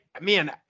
man